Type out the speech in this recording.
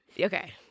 okay